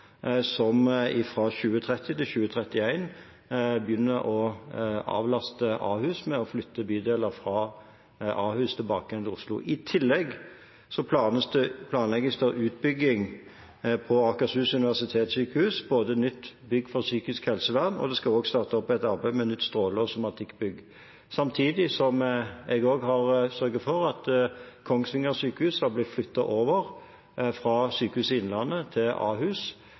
som fra 2030/2031 begynner å avlaste Ahus med å flytte bydeler fra Ahus tilbake igjen til Oslo. I tillegg planlegges det utbygging på Akershus universitetssykehus, bl.a. nytt bygg for psykisk helsevern, og det skal også starte opp et arbeid med nytt stråle- og somatikkbygg. Samtidig har jeg sørget for at Kongsvinger sykehus har blitt flyttet over fra Sykehuset Innlandet til Ahus.